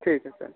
ठीक है सर